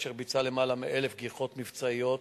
אשר ביצעה למעלה מ-1,000 גיחות מבצעיות